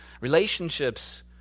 relationships